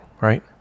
right